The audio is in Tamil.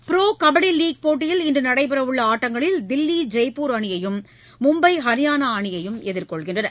ப்ரோ கபடி லீக் போட்டியில் இன்று நடைபெறவுள்ள ஆட்டங்களில் தில்லி ஜெய்ப்பூர் அணியையும் மும்பை ஹரியானா அணியையும் எதிர்கொள்கின்றன